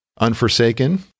Unforsaken